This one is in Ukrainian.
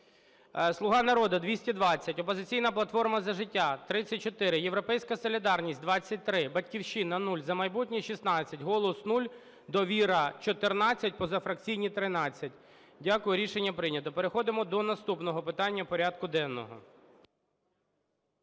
"Слуга народу" – 220, "Опозиційна платформа – За життя" – 34, "Європейська солідарність" – 23, "Батьківщина" – 0, "За майбутнє" – 16, "Голос" – 0, "Довіра" – 14, позафракційні – 13. Дякую. Рішення прийнято. Переходимо до наступного питання порядку денного.